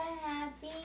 happy